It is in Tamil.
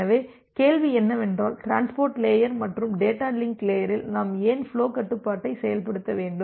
எனவே கேள்வி என்னவென்றால் டிரான்ஸ்போர்ட் லேயர் மற்றும் டேட்டா லிங்க் லேயரில் நாம் ஏன் ஃபுலோ கட்டுப்பாட்டை செயல்படுத்த வேண்டும்